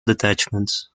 detachments